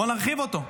בוא נרחיב אותו,